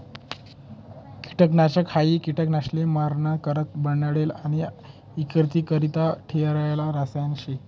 किटकनाशक हायी किटकसले माराणा करता बनाडेल आणि इक्रीकरता ठेयेल रसायन शे